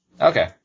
Okay